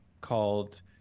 Called